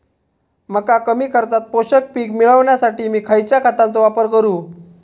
मका कमी खर्चात पोषक पीक मिळण्यासाठी मी खैयच्या खतांचो वापर करू?